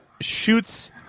Shoots